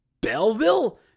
Belleville